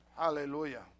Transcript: Hallelujah